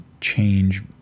change